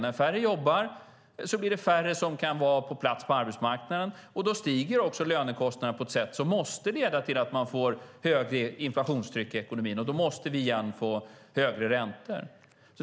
När färre jobbar blir det färre på arbetsmarknaden, och då stiger också lönekostnaden på ett sätt som måste leda till att man får högre inflationstryck i ekonomin, och då måste vi återigen få högre räntor.